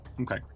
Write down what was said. Okay